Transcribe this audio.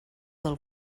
del